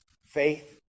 Faith